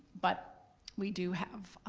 but we do have,